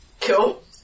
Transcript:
Cool